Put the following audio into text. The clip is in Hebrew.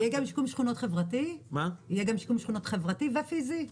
יהיה גם שיקום שכונות חברתי בנוסף לפיזי?